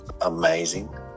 amazing